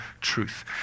truth